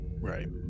Right